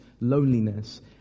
loneliness